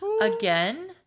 Again